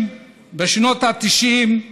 ה-90,